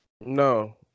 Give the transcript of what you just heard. No